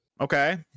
Okay